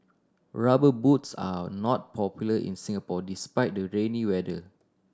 Rubber Boots are not popular in Singapore despite the rainy weather